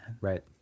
Right